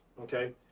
Okay